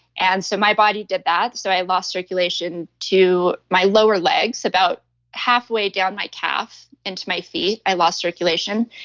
and so my body did that. so i lost circulation to my lower legs, about halfway down my calf into my feet, i lost circulation.